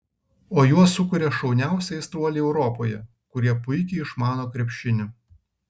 o juos sukuria šauniausi aistruoliai europoje kurie puikiai išmano krepšinį